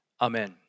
Amen